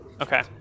Okay